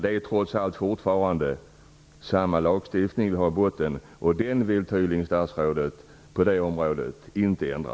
Det är trots allt samma lagstiftning som finns i botten, och den vill statsrådet tydligen inte ändra.